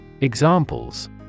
Examples